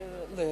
כן.